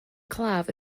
claf